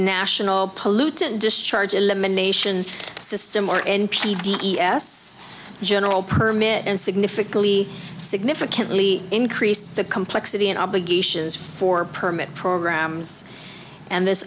national pollutant discharge elimination system or n p d e s general permit and significantly significantly increased the complexity and obligations for permit programs and this